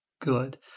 good